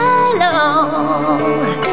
alone